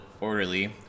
orderly